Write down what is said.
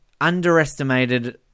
underestimated